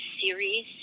series